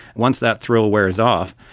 once that thrill wears off,